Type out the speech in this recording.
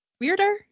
weirder